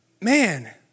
man